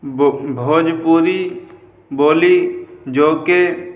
بھوجپوری بولی جو کہ